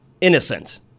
innocent